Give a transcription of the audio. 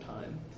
time